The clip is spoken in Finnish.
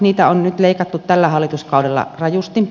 niitä on nyt leikattu tällä hallituskaudella rajusti